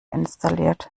installiert